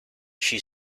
she